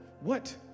What